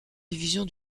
division